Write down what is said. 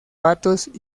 patos